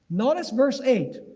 noticed verse eight.